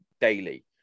daily